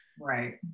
right